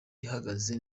ihagaze